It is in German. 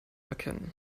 erkennen